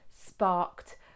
sparked